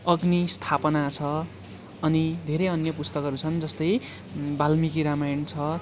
अग्निस्थापना छ अनि धेरै अन्य पुस्तकहरू छन् जस्तै बाल्मिकी रामायण छ